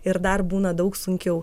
ir dar būna daug sunkiau